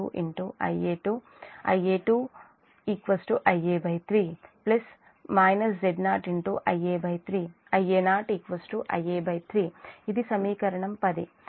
ఇది సమీకరణం 10